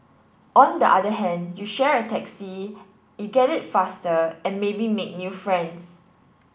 on the other hand you share a taxi you get it faster and maybe make new friends